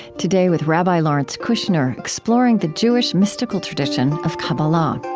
today, with rabbi lawrence kushner, exploring the jewish mystical tradition of kabbalah